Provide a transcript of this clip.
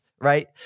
right